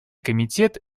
комитет